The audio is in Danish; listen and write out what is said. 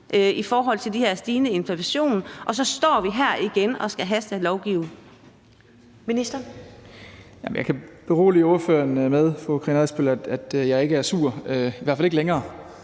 i forhold til den her stigende inflation, og så står vi her igen og skal hastelovgive.